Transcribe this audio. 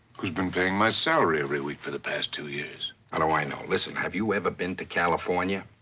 who's been paying my salary every week for the past two years? how do i know? listen, have you ever been to california?